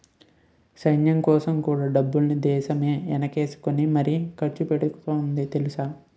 సైన్యంకోసం కూడా డబ్బుల్ని దేశమే ఎనకేసుకుని మరీ ఖర్చుపెడతాంది తెలుసా?